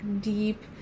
deep